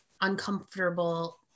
uncomfortable